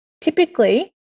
typically